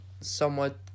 somewhat